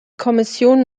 kommission